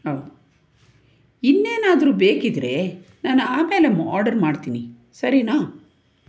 ಹೌದು ಇನ್ನೇನಾದರೂ ಬೇಕಿದ್ದರೆ ನಾನು ಆಮೇಲೆ ಆರ್ಡರ್ ಮಾಡ್ತೀನಿ ಸರಿನಾ